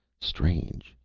strange,